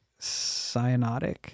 cyanotic